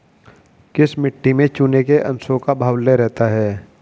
किस मिट्टी में चूने के अंशों का बाहुल्य रहता है?